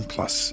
Plus